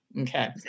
Okay